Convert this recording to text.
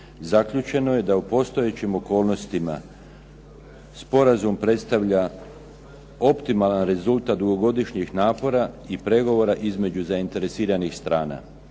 Zaključeno je da u postojećim okolnostima sporazum predstavlja optimalan rezultat dugogodišnjih napora i pregovora između zainteresiranih strana.